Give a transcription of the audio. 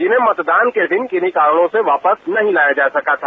जिन्हें मतदान के दिन किन्ही कारणों से वापस नहीं जाया जा सका था